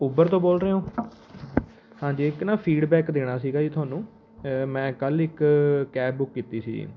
Uber ਤੋਂ ਬੋਲ ਰਹੇ ਹੋ ਹਾਂਜੀ ਇੱਕ ਨਾ ਫੀਡਬੈਕ ਦੇਣਾ ਸੀਗਾ ਜੀ ਤੁਹਾਨੂੰ ਮੈਂ ਕੱਲ੍ਹ ਇੱਕ ਕੈਬ ਬੁੱਕ ਕੀਤੀ ਸੀ